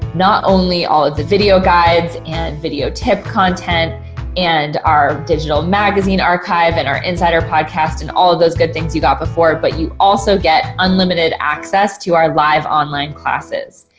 not only all of the video guides and video tip content and our digital magazine archive and our insider podcast and all of those good things you got before, but you also get unlimited access to our live online classes.